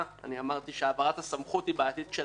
אמרתי שהעברת הסמכות היא בעייתית כשלעצמה,